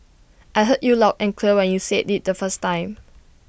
I heard you loud and clear when you said IT the first time